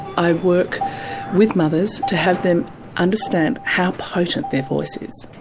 i work with mothers to have them understand how potent their voice is,